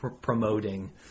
promoting